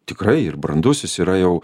tikrai ir brandus jis yra jau